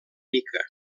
mica